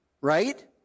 right